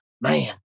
man